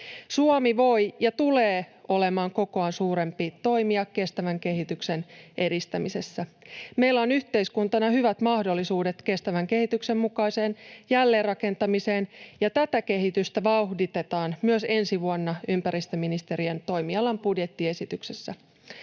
Suomi voi olla ja tulee olemaan kokoaan suurempi toimija kestävän kehityksen edistämisessä. Meillä on yhteiskuntana hyvät mahdollisuudet kestävän kehityksen mukaiseen jälleenrakentamiseen, ja tätä kehitystä vauhditetaan myös ensi vuonna ympäristöministeriön toimialan budjettiesityksessä.